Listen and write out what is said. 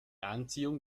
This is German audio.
anziehung